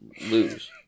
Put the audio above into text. lose